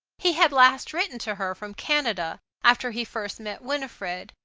he had last written to her from canada, after he first met winifred,